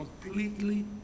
completely